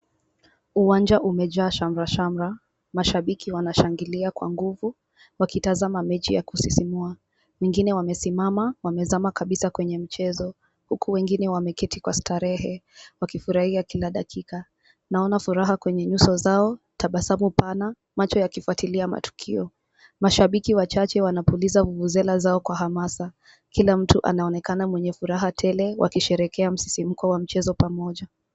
Uwanja umejaa shamrashamra, mashabiki wanashangilia kwa nguvu wakitazama mechi ya kusisimua. Wengine wamesimama wamezama kabisa kwenye mchezo huku wengine wameketi kwa starehe wakifurahia kila dakika. Naona furaha kwenye nyuso zao, tabasamu pana, macho yakifuatilia matukio. Mashabiki wachache wanapuliza vuvuzela zao kwa hamasa, kila mtu anaonekana mwenye furaha tele wakisherehekea msisimuko wa mchezo pamoja.